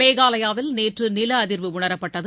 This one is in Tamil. மேகாலயாவில் நேற்று நில அதிர்வு உணரப்பட்டது